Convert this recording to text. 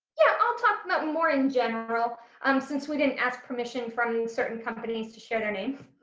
yeah i'll talk about more in general um since we didn't ask permission from certain companies to share their names.